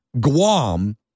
Guam